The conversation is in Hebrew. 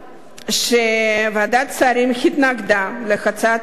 לכך שוועדת השרים לא תמכה בהצעת החוק,